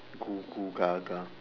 googoogaga